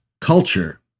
culture